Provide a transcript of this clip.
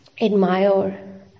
admire